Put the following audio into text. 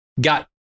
got